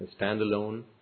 standalone